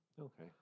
Okay